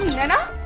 naina